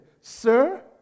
Sir